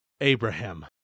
Abraham